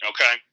Okay